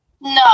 No